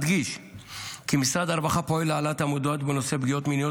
אדגיש כי משרד הרווחה פועל להעלאת המודעות בנושא פגיעות מיניות